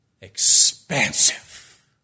expansive